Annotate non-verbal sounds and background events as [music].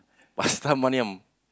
pasta [laughs] manium